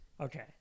Okay